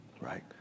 right